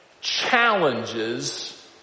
challenges